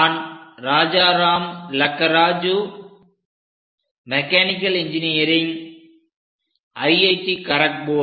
நான் Rajaram Lakkaraju mechanical engineering IIT Kharagpur